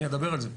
אני אדבר על זה.